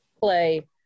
play